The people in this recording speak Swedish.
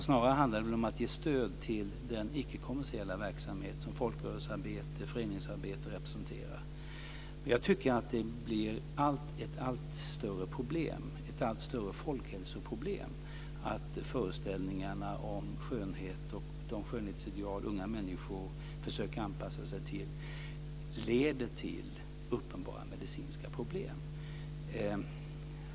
Snarare handlar det om att ge stöd till den icke-kommersiella verksamhet som folkrörelsearbete och föreningsarbete representerar. Jag tycker att det blir ett allt större folkhälsoproblem att föreställningarna om skönhet och de skönhetsideal som unga människor försöker anpassa sig till leder till uppenbara medicinska problem.